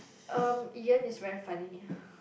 um Ian is very funny